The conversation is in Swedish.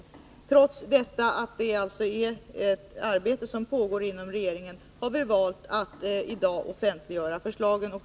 Trots att detta är ett arbete som pågår inom regeringen, har vi valt att i dag offentliggöra förslagen.